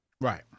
Right